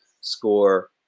score